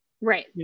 Right